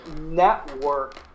network